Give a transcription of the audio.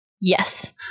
Yes